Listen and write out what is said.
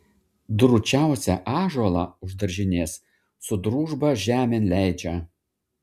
drūčiausią ąžuolą už daržinės su družba žemėn leidžia